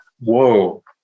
whoa